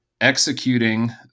executing